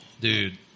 Dude